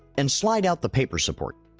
and slide out the paper support.